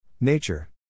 Nature